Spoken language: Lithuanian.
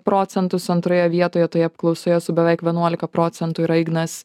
procentus antroje vietoje toje apklausoje su beveik vienuolika procentų yra ignas